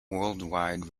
worldwide